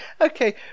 okay